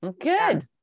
Good